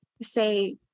say